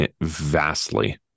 vastly